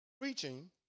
Preaching